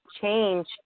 change